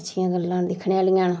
अच्छियां गल्ला न दिक्खने आह्लियां न